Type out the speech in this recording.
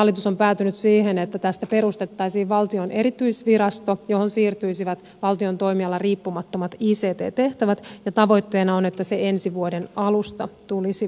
hallitus on päätynyt siihen että tästä perustettaisiin valtion erityisvirasto johon siirtyisivät valtion toimialariippumattomat ict tehtävät ja tavoitteena on että se ensi vuoden alusta tulisi voimaan